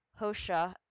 Hosha